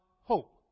hope